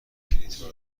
کلیدها